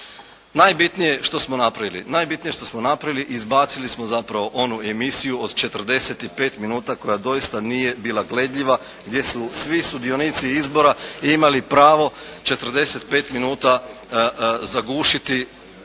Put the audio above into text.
Najbitnije što smo napravili, izbacili smo zapravo onu emisiju od 45 minuta koja doista nije bila gledljiva, gdje su svi sudionici izbora imali pravo 45 minuta zagušiti